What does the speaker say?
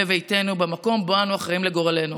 בביתנו, במקום שבו אנו אחראים לגורלנו.